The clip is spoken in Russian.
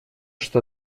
что